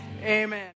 amen